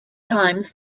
times